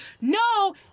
no